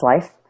life